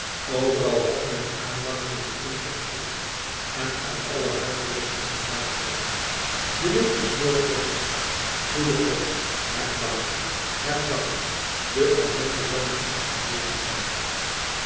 overal had men het aanwakkerende koeltje gevoeld en uit aller hart rees het als een dankgebed de wind is noord-west goede god heb dank heb dank de ellende zal nu haast geleden zijn